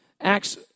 Acts